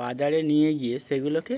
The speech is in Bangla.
বাজারে নিয়ে গিয়ে সেগুলোকে